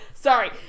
Sorry